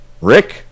Rick